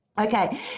Okay